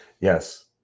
yes